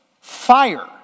fire